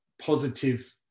positive